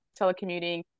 telecommuting